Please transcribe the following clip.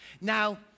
Now